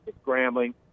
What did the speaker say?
scrambling